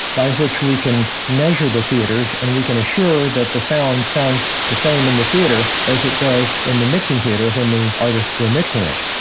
by which we can measure the theaters and we can assure that the sound sounds the same in the theater as it does in the mixing theater when the artists were mixing it